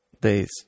days